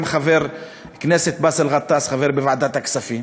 גם חבר הכנסת באסל גטאס חבר בוועדת הכספים,